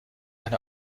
eine